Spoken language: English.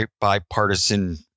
bipartisan